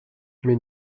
mais